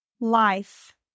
life